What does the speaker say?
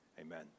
Amen